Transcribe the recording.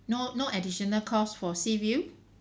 no no additional costs for seaview